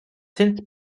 since